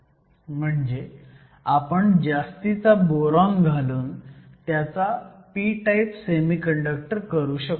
म्हणजे आपण जास्तीचा बोरॉन घालून त्याचा p टाईप सेमीकंडक्टर करू शकतो